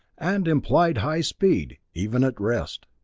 and implied high speed, even at rest.